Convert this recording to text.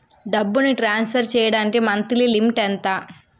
డబ్బును ట్రాన్సఫర్ చేయడానికి monthly limit ఎంత?